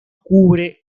cubre